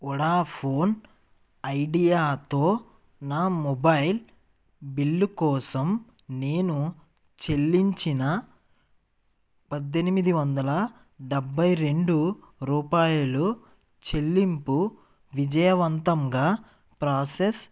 Vodafone ఐడియాతో నా mobile bill కోసం నేను చెల్లించిన పద్దెనిమిది వందల డెబ్బై రెండు రూపాయలు చెల్లింపు విజయవంతంగా ప్రాసెస్